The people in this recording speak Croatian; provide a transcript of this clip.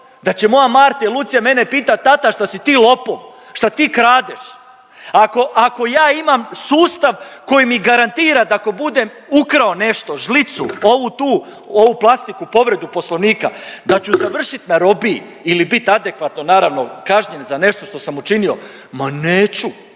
da će moja Marta i Lucija mene pitat, tata šta si ti lopov, šta ti kradeš? Ako, ako ja imam sustav koji mi garantira da ako budem ukrao nešto, žlicu, ovu tu, ovu plastiku, povredu poslovnika, da ću završit na robiji ili bit adekvatno naravno kažnjen za nešto što sam učinio, ma neću,